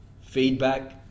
feedback